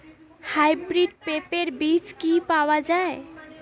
Hybrid পেঁপের বীজ কি পাওয়া যায়?